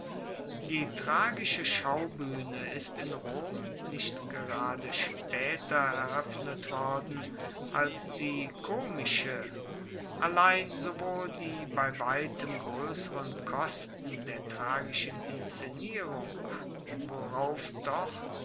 die tragische schaubuehne ist in rom nicht gerade spaeter eroeffnet worden als die komische allein sowohl die bei weitem groesseren kosten der tragischen inszenierung worauf doch